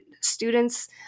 students